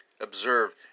observe